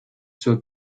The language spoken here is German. zur